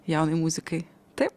jaunai muzikai taip